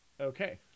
Okay